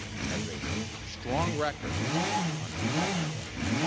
has a strong record on confronting russia,